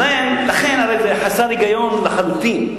הרי זה חסר היגיון לחלוטין.